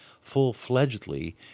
full-fledgedly